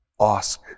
Ask